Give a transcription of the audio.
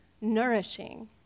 nourishing